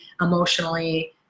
emotionally